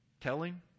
telling